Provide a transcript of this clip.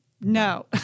No